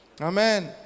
amen